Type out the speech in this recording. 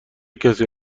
کسی